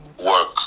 work